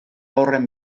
horren